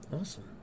Awesome